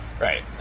Right